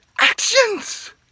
actions